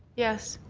yes.